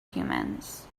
humans